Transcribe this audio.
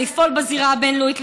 לפעול בזירה הבין-לאומית,